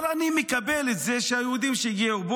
אבל אני מקבל את זה שהיהודים שהגיעו,